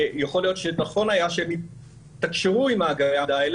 יכול להיות שנכון היה שהם יתקשרו עם המערכות האלה